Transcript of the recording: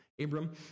Abram